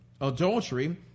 Adultery